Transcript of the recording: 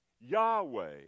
Yahweh